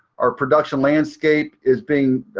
our production landscape is being.